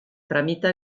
tramita